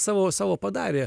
savo savo padarė